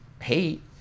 hate